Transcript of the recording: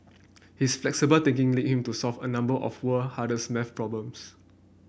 his flexible thinking lead him to solve a number of the world hardest maths problems